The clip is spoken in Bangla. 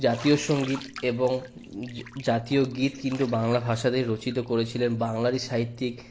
জাতীয় সংগীত এবং জাতীয় গীত কিন্তু বাংলা ভাষাতেই রচিত করেছিলেন বাংলারই সাহিত্যিক